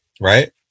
right